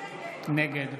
נגד